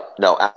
No